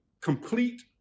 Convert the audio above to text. complete